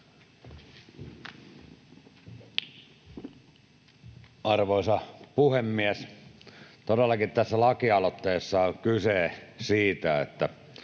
Arvoisa puhemies! Todellakin tässä lakialoitteessa on kyse siitä, että